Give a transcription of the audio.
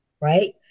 right